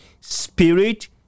spirit